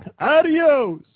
Adios